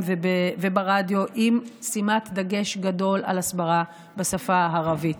וברדיו עם שימת דגש גדול על הסברה בשפה הערבית,